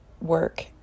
work